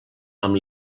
amb